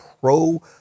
pro